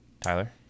Tyler